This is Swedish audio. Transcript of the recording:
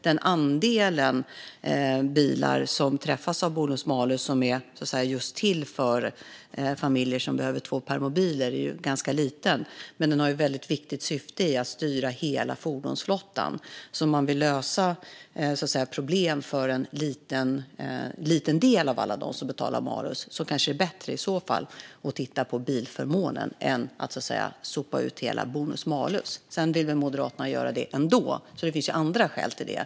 Den andel bilar som träffas av malus som är till för familjer som behöver två permobiler är ju ganska liten, men systemet har ett väldigt viktigt syfte i att styra om hela fordonsflottan. Om man vill lösa problem för en liten del av alla dem som betalar malus är det kanske bättre att titta på bilförmånen än att så att säga sopa ut hela bonus-malus. Sedan vill väl Moderaterna göra det ändå, så det finns ju andra skäl till det.